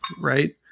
right